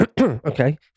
Okay